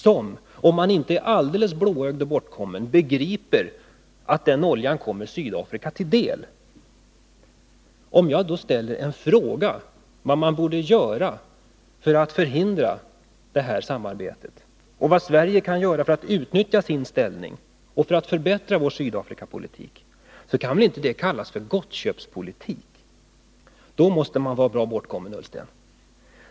Den som inte är alldeles blåögd och bortkommen begriper att den oljan kommer Sydafrika till del. Om jag då ställer en fråga om vad man borde göra för att förhindra detta samarbete och vad Sverige kan göra för att utnyttja sin ställning och för att förbättra vår Sydafrikapolitik, så kan väl inte det kallas för gottköpspolitik — då måste man vara bra bortkommen, herr Ullsten!